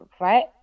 right